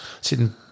sitting